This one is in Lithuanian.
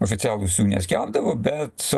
oficialūs jų neskelbdavo bet